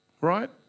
Right